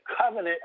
covenant